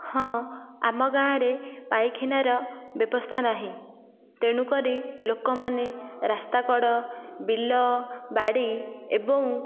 ହଁ ଆମ ଗାଁରେ ପାଇଖାନାର ବ୍ୟବସ୍ଥା ନାହିଁ ତେଣୁ କରି ଲୋକମାନେ ରାସ୍ତାକଡ଼ ବିଲ ବାଡ଼ି ଏବଂ